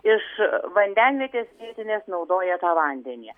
iš vandenvietės vietinės naudoja tą vandenį